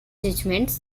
judgments